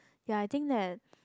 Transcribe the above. ya I think that